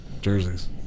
jerseys